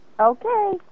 Okay